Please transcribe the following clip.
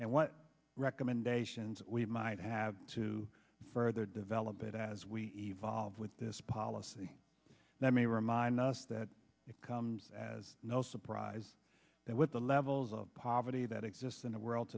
and what recommendations we might have to further develop it as we evolve with this policy let me remind us that it comes as no surprise that with the levels of poverty that exists in a world